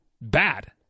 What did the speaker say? bad